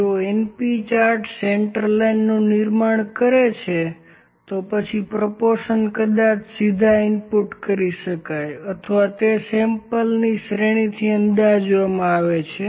જો np chart centre લાઇનનું નિર્માણ કરે છે તો પ્રોપોર્શન કદાચ સીધા ઇનપુટ કરી શકાય અથવા તે સેમ્પલની શ્રેણીથી અંદાજવામાં આવે છે